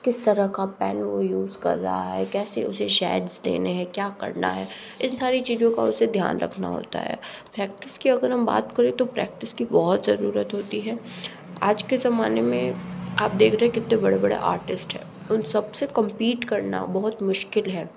किस तरह का पैन वो यूज़ कर रहा है कैसी उसे शैड्स देने हैं क्या करना है इन सारी चीज़ों का उसे ध्यान रखना होता है प्रैक्टिस की अगर हम बात करें तो प्रैक्टिस की बहुत ज़रूरत होती है आज के ज़माने में आप देख रहे है कितने बड़े बड़े आर्टिस्ट हैं उन सबसे कम्पीट करना बहुत मुश्किल है